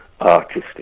artistic